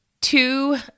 Two